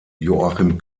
joachim